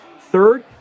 Third